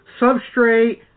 substrate